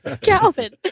Calvin